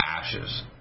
ashes